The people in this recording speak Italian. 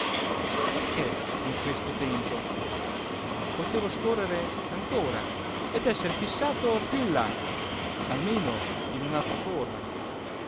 perché in questo tempo potevo scorrere ancora ed esser fissato più là almeno in un'altra forma